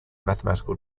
mathematical